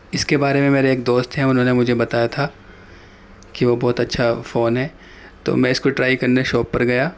اس کے بارے میں میرے ایک دوست ہیں انہوں نے مجھے بتایا تھا کہ وہ بہت اچھا فون ہے تو میں اس کو ٹرائی کرنے شاپ پر گیا